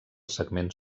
segment